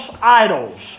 idols